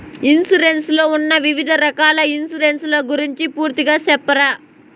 Insurance లో ఉన్న వివిధ రకాల ఇన్సూరెన్సు ల గురించి పూర్తిగా సెప్తారా?